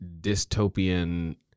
dystopian